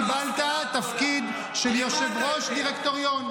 איך קיבלת תפקיד של יושב-ראש דירקטוריון?